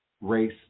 race